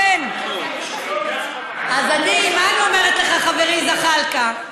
אז מה אני אומרת לך, חברי זחאלקה?